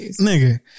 Nigga